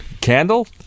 Candle